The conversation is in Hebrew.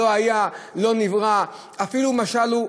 לא היה, לא נברא, אפילו משל לא.